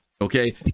okay